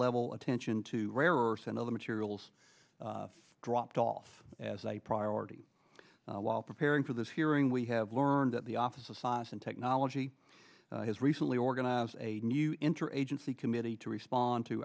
level attention to rare or send other materials dropped off as a priority while preparing for this hearing we have learned that the office of science and technology has recently organize a new interagency committee to respond to